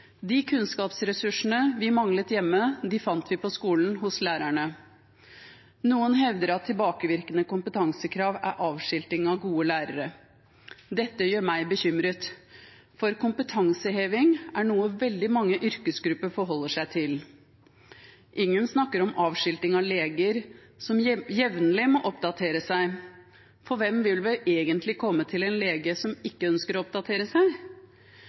de kunnskapsressursene vi manglet hjemme, fant vi på skolen hos lærerne. Noen hevder at tilbakevirkende kompetansekrav er avskilting av gode lærere. Dette gjør meg bekymret. Kompetanseheving er noe veldig mange yrkesgrupper forholder seg til. Ingen snakker om avskilting av leger, som jevnlig må oppdatere seg. Hvem vil vel egentlig komme til en lege som ikke ønsker å oppdatere seg?